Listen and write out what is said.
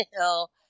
hill